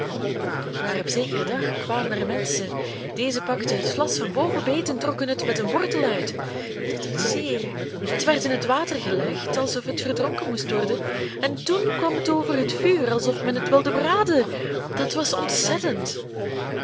maar op zekeren dag kwamen er menschen deze pakten het vlas van boven beet en trokken het met den wortel uit dat deed zeer het werd in het water gelegd alsof het verdronken moest worden en toen kwam het over het vuur alsof men het wilde braden dat was ontzettend